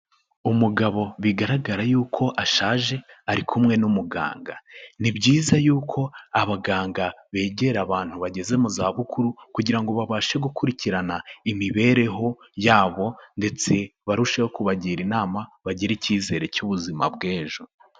Umugabo bigaragara yuko ashaje ari kumwe n'umuganga, ni byiza yuko abaganga begera abantu bageze mu za bukuru kugira ngo babashe gukurikirana imibereho yabo ndetse barusheho kubagira inama bagira icyizere cy'ubuzima bw'ejo.